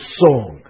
song